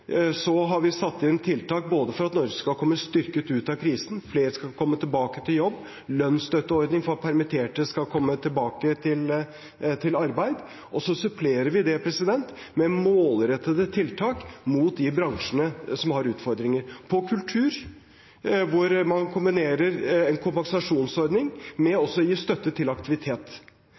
har vi satt inn tiltak både for at Norge skal komme styrket ut av krisen, og for at flere skal komme tilbake til jobb, bl.a. med en lønnsstøtteordning for at permitterte skal komme tilbake til arbeid. Så supplerer vi det med målrettede tiltak mot de bransjene som har utfordringer: på kultur, hvor man kombinerer en kompensasjonsordning med å gi støtte til aktivitet,